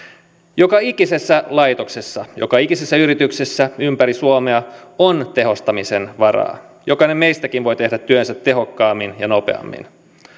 joka ikisessä laitoksessa joka ikisessä yrityksessä ympäri suomea on tehostamisen varaa jokainen meistäkin voi tehdä työnsä tehokkaammin ja nopeammin